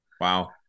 Wow